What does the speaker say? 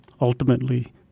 ultimately